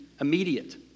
immediate